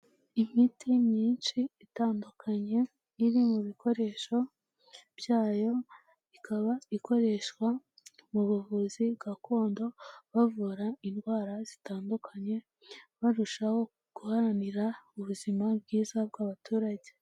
Imiti myinshi itandukanye iri mu bikoresho byayo, ikaba ikoreshwa mu buvuzi gakondo bavura indwara zitandukanye barushaho guharanira ubuzima bwiza bw'abaturage.